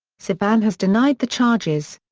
sevan has denied the charges.